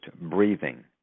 breathing